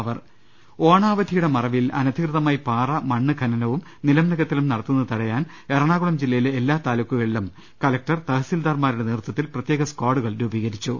രദേവ്ടക്കു ഓണാവധിയുടെ മറവിൽ അനധികൃതമായി പാറ മണ്ണ് ഖനനവും നിലം നികത്തലും നടത്തുന്നത് തടയാൻ എറണാകുളം ജില്ലയിലെ എല്ലാ താലൂ ക്കുകളിലും കലക്ടർ തഹസിൽദാർമാരുടെ നേതൃത്വത്തിൽ പ്രത്യേക സ്കാഡുകൾ രൂപീകരിച്ചു